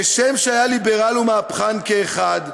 כשם שהיה ליברל ומהפכן כאחד,